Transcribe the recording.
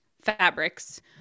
fabrics